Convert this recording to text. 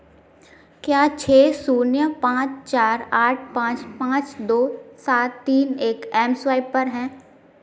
क्या छः शून्य पाँच चार आठ पाँच पाँच दो सात तीन एक एम स्वाइप पर हैं